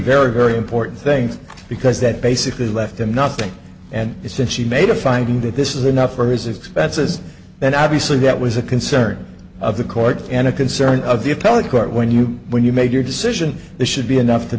very very important things because that basically left him nothing and it's just she made a finding that this is enough for his expenses and obviously that was a concern of the court and a concern of the appellate court when you when you made your decision that should be enough to